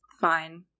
fine